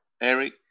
Eric